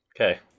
Okay